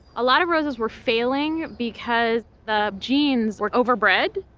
a lot of roses were failing because the genes were over bred.